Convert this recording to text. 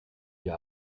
wir